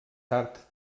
tard